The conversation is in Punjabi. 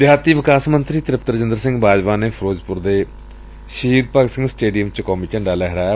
ਪੇਂਡੂ ਵਿਕਾਸ ਮੰਤਰੀ ਤ੍ਰਿਪਤ ਰਾਜਿੰਦਰ ਸਿੰਘ ਬਾਜਵਾ ਨੇ ਫ਼ਿਰੋਜ਼ਪੁਰ ਦੇ ਸ਼ਹੀਦ ਭਗਤ ਸਿੰਘ ਸਟੇਡੀਅਮ ਵਿਖੇ ਕੌਮੀ ਝੰਡਾ ਲਹਿਰਾਇਆ